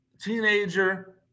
teenager